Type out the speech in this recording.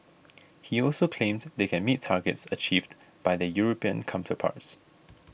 he also claimed they can meet targets achieved by their European counterparts